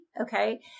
okay